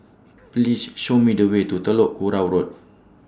Please Show Me The Way to Telok Kurau Road